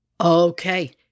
Okay